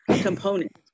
component